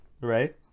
Right